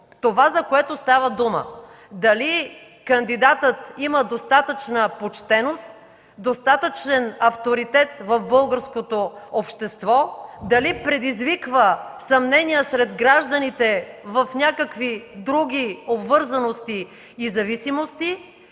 –това, за което става дума: дали кандидатът има достатъчна почтеност, достатъчен авторитет в българското общество, дали предизвиква съмнения сред гражданите в някакви други обвързаности и зависимости